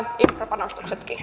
infrapanostuksetkin